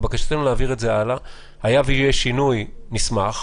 בקשתנו להעביר את זה הלאה ואם יהיה שינוי נשמח.